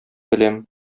беләм